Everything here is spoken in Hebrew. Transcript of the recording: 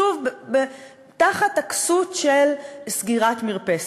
שוב תחת הכסות של סגירת מרפסת.